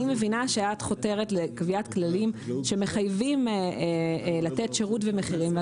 אני מבינה שאת חותרת לקביעת כללים שמחייבים לתת שירות ומחירים.